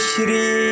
Shri